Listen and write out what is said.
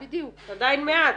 זה עדיין מעט.